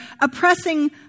oppressing